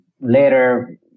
later